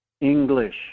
English